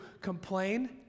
Complain